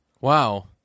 Wow